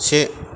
से